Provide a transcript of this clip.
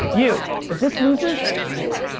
you. if this loses, you.